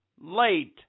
Late